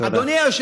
תודה.